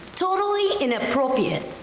totally inappropriate.